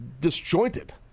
disjointed